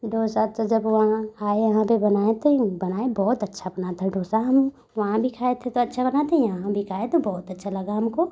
डोसा तो जब वहाँ आए यहाँ पे बनाए ते बनाए बहुत अच्छा बना था डोसा हम वहाँ भी खाए थे तो अच्छा बना था यहाँ भी खाए तो बहुत अच्छा लगा हमको